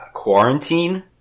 Quarantine